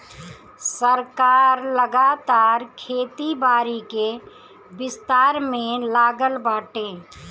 सरकार लगातार खेती बारी के विस्तार में लागल बाटे